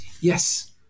yes